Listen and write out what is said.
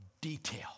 detail